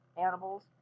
animals